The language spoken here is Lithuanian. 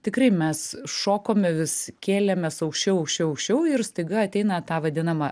tikrai mes šokome vis kėlėmės aukščiau aukščiau aukščiau ir staiga ateina ta vadinama